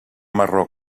marró